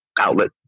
outlet